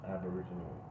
Aboriginal